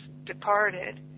Departed